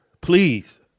Please